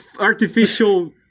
artificial